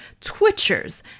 twitchers